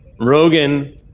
rogan